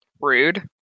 Rude